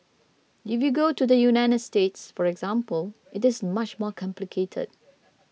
if you go to the United States for example it is much more complicated